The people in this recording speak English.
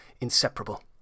inseparable